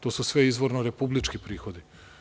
To su sve izvorno republički prihodi.